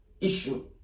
issue